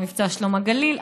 או מבצע שלום הגליל,